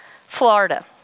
Florida